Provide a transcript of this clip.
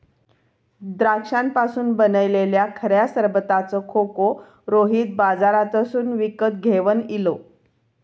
द्राक्षांपासून बनयलल्या खऱ्या सरबताचो खोको रोहित बाजारातसून विकत घेवन इलो